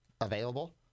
available